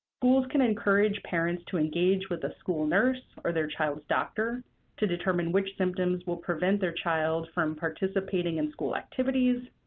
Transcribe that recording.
schools can encourage parents to engage with the school nurse or their child's doctor to determine which symptoms will prevent their child from participating in school activities,